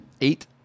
eight